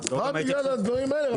רק בגלל הדברים האלה.